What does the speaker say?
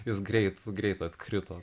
jis greit greit atkrito